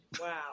Wow